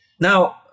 Now